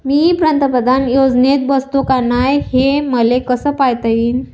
मी पंतप्रधान योजनेत बसतो का नाय, हे मले कस पायता येईन?